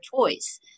choice